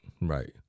Right